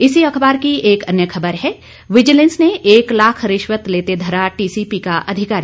इसी अखबार की एक अन्य खबर है विजिलेंस ने एक लाख रिश्वत लेते धरा टीसीपी का अधिकारी